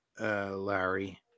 Larry